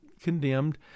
condemned